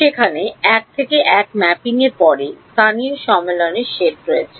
সেখানে 1 থেকে 1 ম্যাপিংয়ের পরে স্থানীয় সম্মেলনের সেট রয়েছে